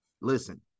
listen